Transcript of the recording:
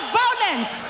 violence